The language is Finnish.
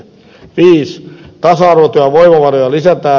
tasa arvotyön voimavaroja lisätään